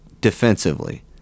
defensively